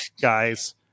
guys